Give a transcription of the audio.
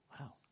Wow